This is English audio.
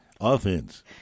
offense